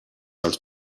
els